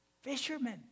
fishermen